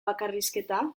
bakarrizketa